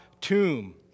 tomb